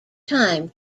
time